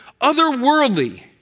otherworldly